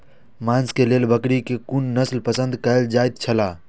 मांस के लेल बकरी के कुन नस्ल पसंद कायल जायत छला?